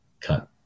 cut